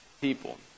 people